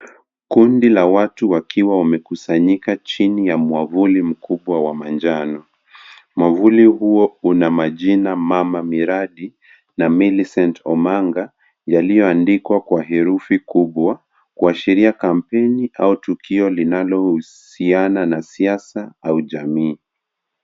Kundi la watu wakiwa wamekusanyika chini ya mwavuli mkubwa wa manjano. Mwavuli huo una majina Mama Miradi na Milicent Omanga yaliyoandikwa kwa herufi kubwa kuashiria kampeni au tukio linalohusiana na siasa au jamii.